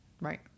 Right